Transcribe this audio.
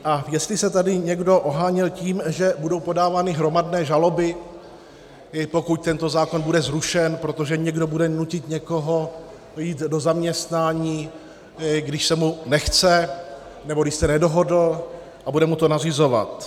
A jestli se tady někdo oháněl tím, že budou podávány hromadné žaloby, pokud tento zákon bude zrušen, protože někdo bude nutit někoho jít do zaměstnání, když se mu nechce nebo když se nedohodl, a bude mu to nařizovat.